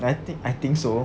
I think I think so